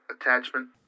attachment